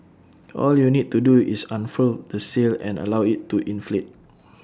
all you need to do is unfurl the sail and allow IT to inflate